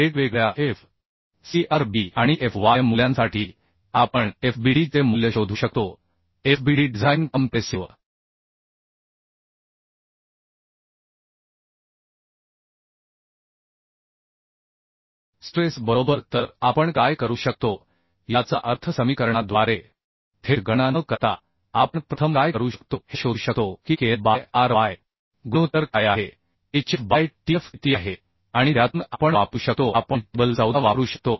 वेगवेगळ्या f c r b आणि f y मूल्यांसाठी आपण f b d चे मूल्य शोधू शकतो fbd डिझाइन कॉम्प्रेसिव स्ट्रेस बरोबर तर आपण काय करू शकतो याचा अर्थ समीकरणा द्वारे थेट गणना न करता आपण प्रथम काय करू शकतो हे शोधू शकतो की KL बाय R y गुणोत्तर काय आहे hf बाय tf किती आहे आणि त्यातून आपण वापरू शकतो आपण टेबल 14 वापरू शकतो